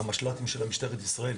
המשל"טים של משטרת ישראל,